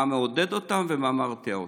מה מעודד אותם ומה מרתיע אותם.